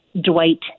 Dwight